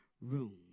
room